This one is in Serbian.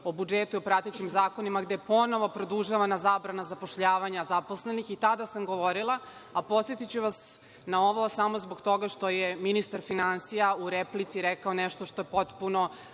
o budžetu i pratećim zakonima, gde je ponovo produžavana zabrana zapošljavanja, zaposlenih i tada sam govorila, a podsetiću vas na ovo, samo zbog toga što je ministar finansija u replici rekao nešto što je potpuno